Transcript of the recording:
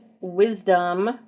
wisdom